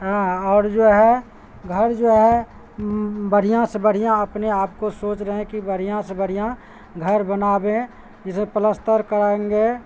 آں اور جو ہے گھر جو ہے بڑھیاں سے بڑھیاں اپنے آپ کو سوچ رہے ہیں کہ بڑھیاں سے بڑھیاں گھر بنابیں جسے پلستر کرا ئینگے